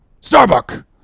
Starbuck